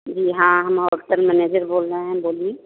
जी हाँ हम hotel manager बोल रहे हैं बोलिये